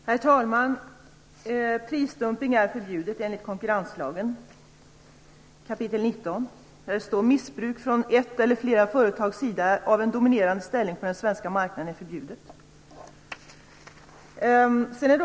Herr talman! Prisdumpning är förbjudet enligt konkurrenslagen, 19 kap. Där står att missbruk från ett eller flera företags sida av en dominerande ställning på den svenska marknaden är förbjudet.